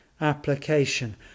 application